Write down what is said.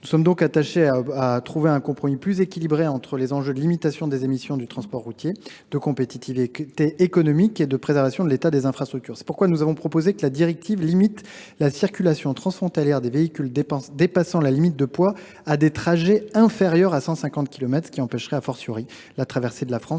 Nous sommes donc attachés à trouver un compromis plus équilibré entre les enjeux de limitation des émissions du transport routier, de compétitivité économique et de préservation de l’état des infrastructures, et avons proposé que la directive limite la circulation transfrontalière des véhicules dépassant la limite de poids à des trajets inférieurs à 150 kilomètres, ce qui empêcherait la traversée de la France